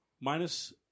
Minus